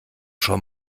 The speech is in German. schon